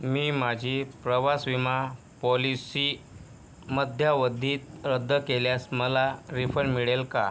मी माझी प्रवास विमा पॉलिसी मध्यावधीत रद्द केल्यास मला रिफंड मिळेल का